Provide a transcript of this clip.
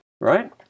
right